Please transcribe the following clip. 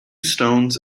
stones